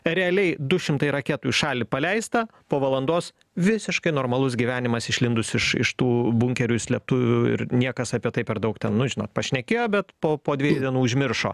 realiai du šimtai raketų į šalį paleista po valandos visiškai normalus gyvenimas išlindus iš iš tų bunkerių ir slėptuvių ir niekas apie tai per daug ten nu žinot pašnekėjo bet po po dviejų dienų užmiršo